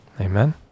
Amen